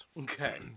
Okay